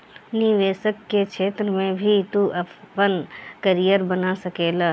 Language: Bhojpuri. निवेश के क्षेत्र में भी तू आपन करियर बना सकेला